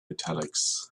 italics